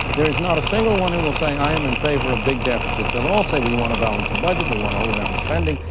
there is not a single one who will say, i am in favor of big deficits. they'll all say, we want to balance the budget, we want to hold down spending,